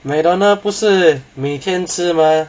Mcdonald 不是每天吃 mah